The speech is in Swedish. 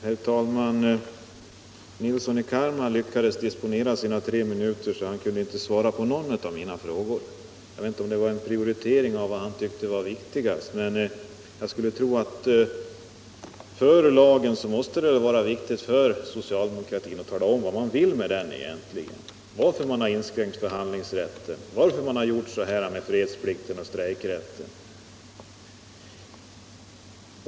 Herr talman! Herr Nilsson i Kalmar lyckades disponera sina tre minuter så att han inte kunde svara på någon av mina frågor. Jag vet inte om det var en prioritering av vad han tyckte var viktigast, men jag skulle tro att det, före lagens ikraftträdande, måste vara viktigt för socialdemokratin att man talar om vad man egentligen vill med den, varför man inskränkt förhandlingsrätten och varför man gjort på detta sätt med fredsplikten och strejkrätten.